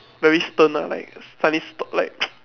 very stern ah like